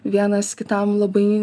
vienas kitam labai